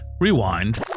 rewind